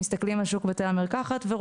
בתי המרקחת יושבים ומסתכלים על שוק בתי